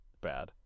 bad